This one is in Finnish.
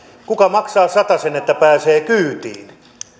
kuka maksaa satasen että pääsee kyytiin